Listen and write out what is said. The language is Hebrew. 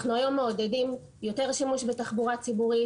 אנחנו היום מעודדים יותר שימוש בתחבורה ציבורית.